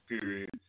period